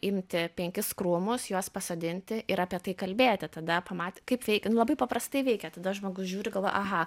imti penkis krūmus juos pasodinti ir apie tai kalbėti tada pamatė kaip veikia nu labai paprastai veikia tada žmogus žiūri galvoja aha